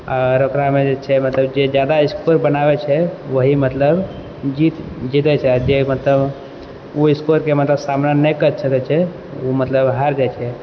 आर ओकरामे जे छै मतलब जे जादा स्कोर बनाबए छै वही मतलब जीत जीतए छै जे मतलब ओ स्कोरके मतलब सामना नहि कर सकैत छै ओ मतलब हारि जाइत छै